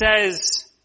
says